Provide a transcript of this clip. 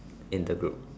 in the group